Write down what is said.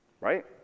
Right